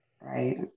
right